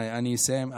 אני אסיים,